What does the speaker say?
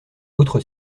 autre